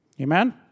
Amen